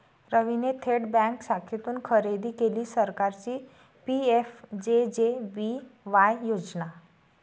रवीने थेट बँक शाखेतून खरेदी केली सरकारची पी.एम.जे.जे.बी.वाय योजना